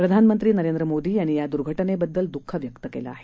प्रधानमंत्री नरेंद्र मोदी यांनी या दुर्घटने बद्दल दुःख व्यक्त केलं आहे